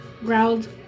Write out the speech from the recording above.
growled